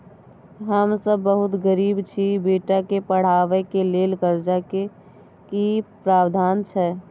हम सब बहुत गरीब छी, बेटा के पढाबै के लेल कर्जा के की प्रावधान छै?